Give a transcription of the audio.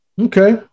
Okay